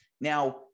Now